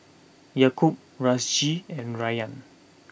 Yaakob Rizqi and Rayyan